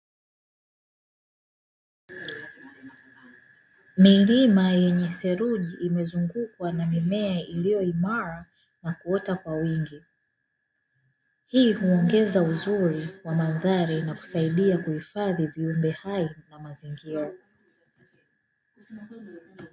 Milima yenye theluji imezungukwa na mimea iliyo imara na kuota kwa wingi. Hii huongeza uzuri wa mandhari na kusaidia kuhifadhi viumbe hai na mazingira.